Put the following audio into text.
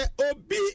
Obi